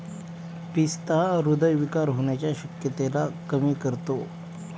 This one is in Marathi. पिस्ता हृदय विकार होण्याच्या शक्यतेला कमी करतो